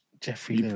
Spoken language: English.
Jeffrey